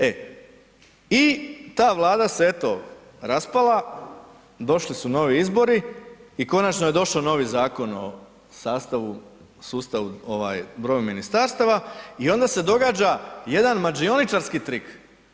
E i ta Vlada se eto raspala, došli su novi izbori i konačno je došao novi zakon o sustavu broju ministarstava i onda se događa jedan mađioničarski trik.